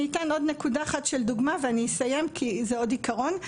אני אתן עוד נקודה אחת של דוגמה ואני אסיים כי זה עוד עיקרון.